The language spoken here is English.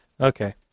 Okay